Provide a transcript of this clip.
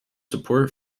support